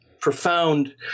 profound